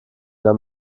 dann